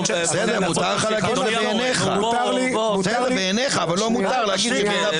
מותר לך להגיד שזה בעיניך אבל לו מותר להגיד.